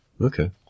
Okay